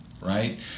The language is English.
right